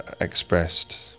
expressed